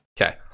Okay